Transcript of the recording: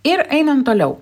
ir einam toliau